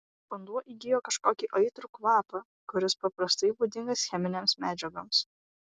vanduo įgijo kažkokį aitrų kvapą kuris paprastai būdingas cheminėms medžiagoms